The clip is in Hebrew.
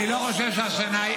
אני לא חושב שהשנה,